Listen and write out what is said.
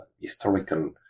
historical